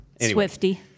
Swifty